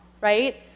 right